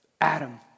Adam